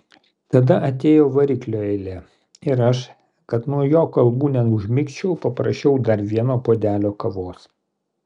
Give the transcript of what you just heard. tada atėjo variklio eilė ir aš kad nuo jo kalbų neužmigčiau paprašiau dar vieno puodelio kavos